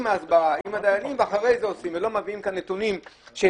עם הסברה ואחרי זה עושים ולא מביאים לפה נתונים מקריים.